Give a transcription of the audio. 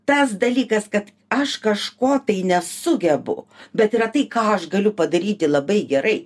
tas dalykas kad aš kažko nesugebu bet yra tai ką aš galiu padaryti labai gerai